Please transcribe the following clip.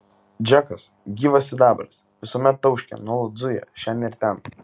džekas gyvas sidabras visuomet tauškia nuolat zuja šen ir ten